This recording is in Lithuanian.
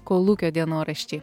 kolūkio dienoraščiai